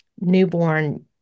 newborn